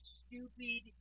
stupid